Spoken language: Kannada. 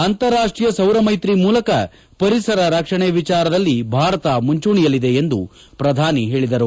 ಅಂತಾರಾಷ್ಟೀಯ ಸೌರಮೈತ್ರಿ ಮೂಲಕ ಪರಿಸರ ರಕ್ಷಣೆ ವಿಚಾರದಲ್ಲಿ ಭಾರತ ಮುಂಚೂಣೆಯಲ್ಲಿದೆ ಎಂದು ಪ್ರಧಾನಿ ಪೇಳಿದರು